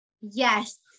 Yes